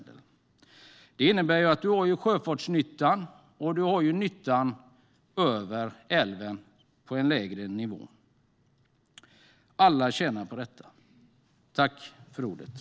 Det innebär att man skulle ha sjöfartsnyttan men att man även skulle ha nytta av denna bro på en lägre nivå. Alla skulle tjäna på detta.